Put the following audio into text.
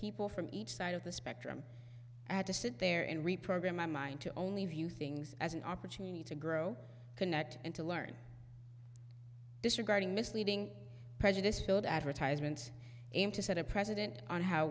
people from each side of the spectrum i had to sit there and reprogram my mind to only view things as an opportunity to grow canet and to learn disregarding misleading prejudice filled advertisements aim to set a precedent on how